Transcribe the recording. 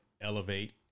elevate